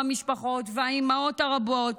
המשפחות והאימהות הרבות,